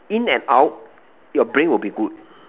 in and out your brain will be good